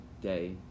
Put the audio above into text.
day